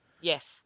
Yes